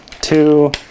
two